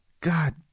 God